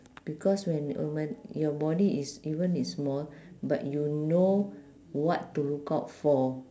because when uh when your body is even is small but you know what to look out for